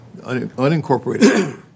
unincorporated